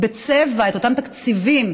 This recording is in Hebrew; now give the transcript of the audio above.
בצבע את אותם תקציבים